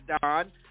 Don